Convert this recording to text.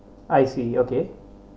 I see okay